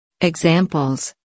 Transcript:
examples